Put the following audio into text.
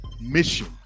mission